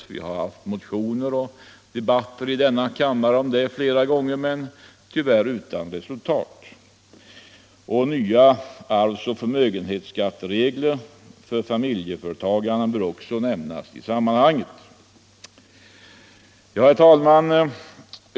Vi har haft motioner och debatter i kammaren om detta flera gånger men tyvärr utan resultat. I detta sammanhang bör också nämnas behovet av nya arvs och förmögenhetsskatteregler för familjeföretagarna. Herr talman!